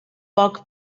poc